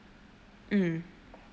mm